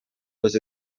was